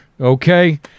Okay